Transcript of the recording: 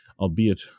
albeit